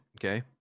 okay